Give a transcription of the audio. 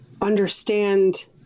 understand